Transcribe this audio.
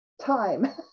time